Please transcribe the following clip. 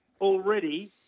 Already